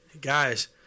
Guys